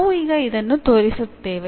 ನಾವು ಈಗ ಇದನ್ನು ತೋರಿಸುತ್ತೇವೆ